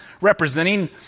representing